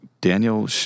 Daniel